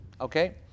Okay